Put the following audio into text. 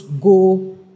go